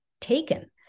Taken